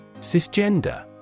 Cisgender